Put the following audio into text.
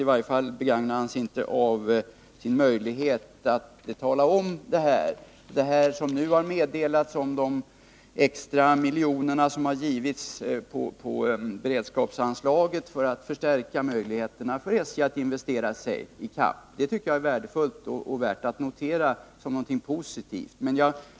I varje fall begagnade han sig inte av möjligheten att tala om det som nu har meddelats rörande de extra miljonerna på beredskapsanslaget för att öka förutsättningarna för SJ att investera sig i kapp. Jag tycker det är värdefullt och värt att notera som någonting positivt att denna förstärkning skett.